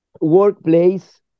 Workplace